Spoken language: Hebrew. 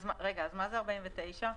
אז מה זה 49?